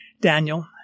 Daniel